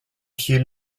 pied